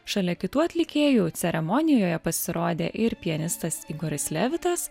šalia kitų atlikėjų ceremonijoje pasirodė ir pianistas igoris levitas